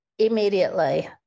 Immediately